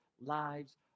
lives